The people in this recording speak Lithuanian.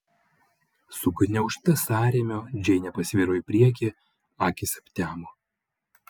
sugniaužta sąrėmio džeinė pasviro į priekį akys aptemo